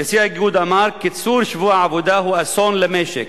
נשיא האיגוד אמר: קיצור שבוע העבודה הוא אסון למשק,